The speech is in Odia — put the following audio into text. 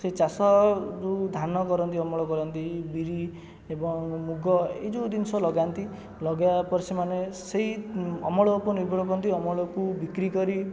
ସେଇ ଚାଷ ଯେଉଁ ଧାନ କରନ୍ତି ଅମଳ କରନ୍ତି ବିରି ଏବଂ ମୁଗ ଏ ଯେଉଁ ଜିନିଷ ଲଗାନ୍ତି ଲଗାଇବା ପରେ ସେମାନେ ସେଇ ଅମଳକୁ ନିର୍ଭର କରନ୍ତି ଅମଳକୁ ବିକ୍ରି କରି